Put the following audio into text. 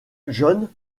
john